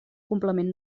complement